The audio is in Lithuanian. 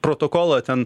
protokolą ten